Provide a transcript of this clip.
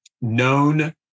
known